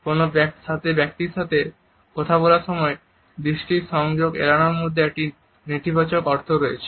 কোন ব্যক্তির সাথে কথা বলার সময় দৃষ্টির সংযোগ এড়ানোর মধ্যে একটি নেতিবাচক অর্থ রয়েছে